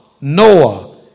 Noah